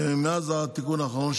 מאז התיקון האחרון,